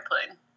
airplane